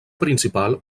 principal